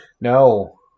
No